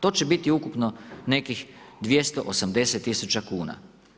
To će biti ukupno nekih 280000 kuna.